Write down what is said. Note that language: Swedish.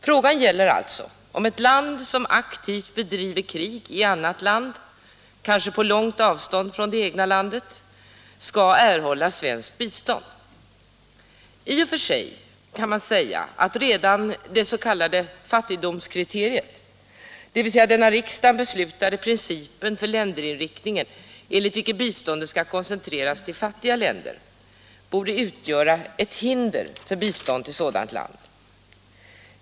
Frågan gäller alltså om ett land som aktivt bedriver krig i annat land, kanske på långt avstånd från det egna landet, skall erhålla svenskt bistånd. I och för sig kan man säga att redan det s.k. fattigdomskriteriet, dvs. den av riksdagen beslutade principen för länderinriktning, enligt vilken biståndet skall koncentreras till fattiga länder, borde utgöra ett hinder för bistånd till sådant land.